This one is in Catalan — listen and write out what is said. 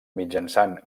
mitjançant